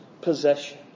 possession